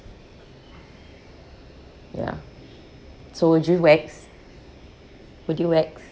ya so would you wax would you wax